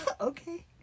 Okay